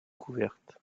couvertes